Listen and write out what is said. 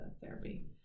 therapy